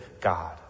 God